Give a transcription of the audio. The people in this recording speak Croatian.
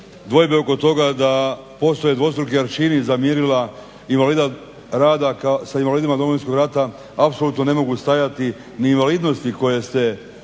dvojbe oko toga da postoje dvostruki aršini za mjerila invalida rada sa invalidima Domovinskog rata apsolutno ne mogu stajati ni invalidnosti koje ste